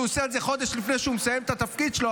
שהוא עושה את זה חודש לפני שהוא מסיים את התפקיד שלו,